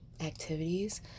activities